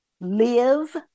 live